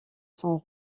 sont